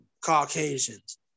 caucasians